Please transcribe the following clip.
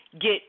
get